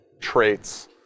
traits